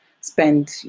spend